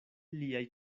liaj